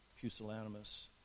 pusillanimous